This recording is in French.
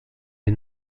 les